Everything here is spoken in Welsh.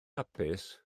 hapus